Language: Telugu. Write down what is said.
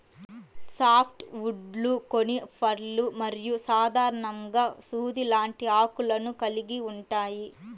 సాఫ్ట్ వుడ్లు కోనిఫర్లు మరియు సాధారణంగా సూది లాంటి ఆకులను కలిగి ఉంటాయి